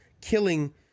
Killing